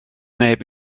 neb